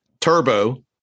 turbo